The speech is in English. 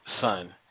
son